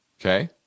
okay